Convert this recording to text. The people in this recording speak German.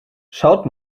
schaut